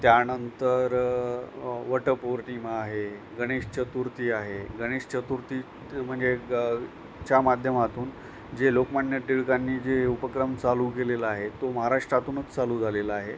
त्यानंतर वटपौर्णिमा आहे गणेश चतुर्थी आहे गणेश चतुर्थी त् म्हणजे ग् च्या माध्यमातून जे लोकमान्य टिळकांनी जे उपक्रम चालू केलेला आहे तो महाराष्ट्रातूनच चालू झालेला आहे